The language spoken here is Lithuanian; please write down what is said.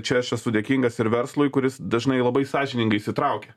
čia aš esu dėkingas ir verslui kuris dažnai labai sąžiningai įsitraukia